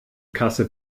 kasse